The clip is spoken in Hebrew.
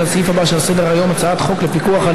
לסעיף הבא שעל סדר-היום: הצעת חוק לפיקוח על